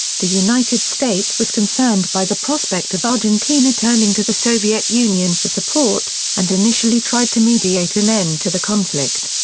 the united states was concerned by the prospect of argentina turning to the soviet union for support, and initially tried to mediate an end to the conflict.